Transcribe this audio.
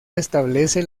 establece